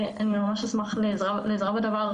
ואני ממש עזרה לעזרה בדבר.